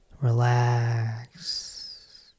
Relax